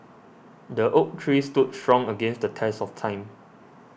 the oak tree stood strong against the test of time